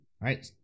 right